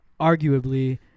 Arguably